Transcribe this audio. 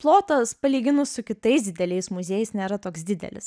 plotas palyginus su kitais dideliais muziejais nėra toks didelis